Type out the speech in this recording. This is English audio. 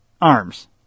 arms